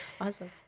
Awesome